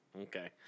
Okay